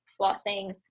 flossing